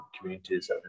communities